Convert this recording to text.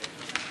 אני מרגישה